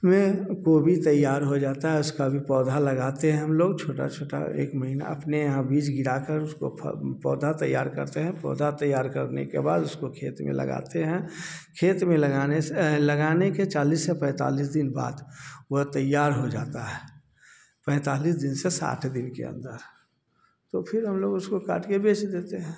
में गोभी तैयार हो जाता है उसका भी पौधा लगाते हैं हम लोग छोटा छोटा एक महीना अपने यहाँ बीज गिरा कर उसको पौधा तैयार करते हैं पौधा तैयार करने के बाद उसको खेत में लगाते हैं खेत में लगाने से लगाने के चालीस से पैंतालीस दिन बाद वह तैयार हो जाता है पैंतालीस दिन से साठ दिन के अंदर तो फिर हम लोग उसको काट के बेच देते हैं